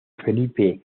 felipe